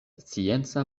scienca